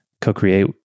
co-create